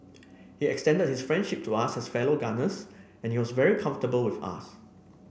he extended his friendship to us as fellow gunners and he was very comfortable with us